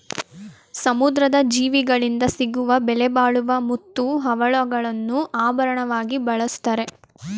ಸಮುದ್ರದ ಜೀವಿಗಳಿಂದ ಸಿಗುವ ಬೆಲೆಬಾಳುವ ಮುತ್ತು, ಹವಳಗಳನ್ನು ಆಭರಣವಾಗಿ ಬಳ್ಸತ್ತರೆ